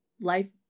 life